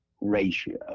ratio